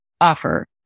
offer